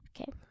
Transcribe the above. Okay